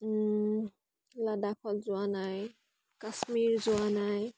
লাডাখত যোৱা নাই কাশ্মীৰ যোৱা নাই